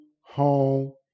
home